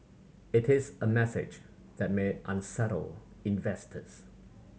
it is a message that may unsettle investors